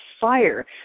fire